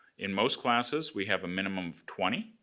in most classes, we have a minimum of twenty,